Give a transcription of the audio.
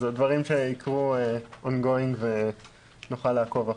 אלה דברים שיקרו ON GOING ונוכל לעקוב אחריהם.